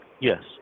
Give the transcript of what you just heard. Yes